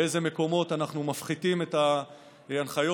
באיזה מקומות אנחנו מפחיתים את ההנחיות